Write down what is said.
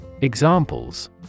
Examples